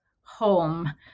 Home